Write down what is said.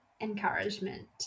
encouragement